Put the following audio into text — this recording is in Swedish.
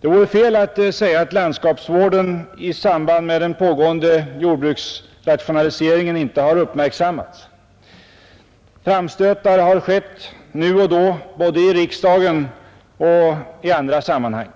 Det vore fel att säga att landskapsvården i samband med den pågående jordbruksrationaliseringen inte har uppmärksammats. Framstötar har skett nu och då både i riksdagen och i andra sammanhang.